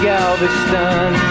Galveston